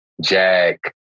Jack